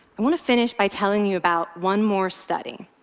i want to finish by telling you about one more study.